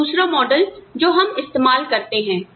अब दूसरा मॉडल जो हम इस्तेमाल करते हैं